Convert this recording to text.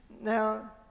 Now